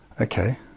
okay